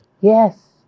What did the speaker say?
Yes